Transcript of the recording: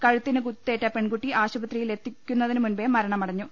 കഴുത്തിന് കുത്തേറ്റ പെൺകുട്ടി ആശുപത്രിയിൽ എത്തിക്കുന്നതിന് മുമ്പേ മരണമട ഞ്ഞു